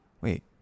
Wait